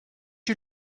you